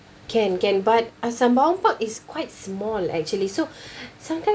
can can but uh sembawang park is quite small actually so sometimes